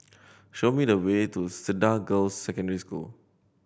show me the way to Cedar Girls' Secondary School